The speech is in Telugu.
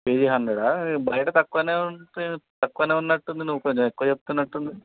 కేజీ హండ్రెడా బయట తక్కువనే ఉంటే తక్కువనే ఉన్నటుంది నువ్వు కొంచెం ఎక్కువ చెప్తునట్టున్నావు